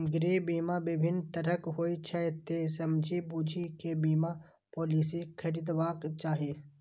गृह बीमा विभिन्न तरहक होइ छै, तें समझि बूझि कें बीमा पॉलिसी खरीदबाक चाही